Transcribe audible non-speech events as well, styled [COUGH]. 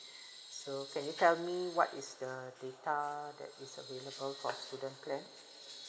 [BREATH] so you tell me what is the data that is available for student plan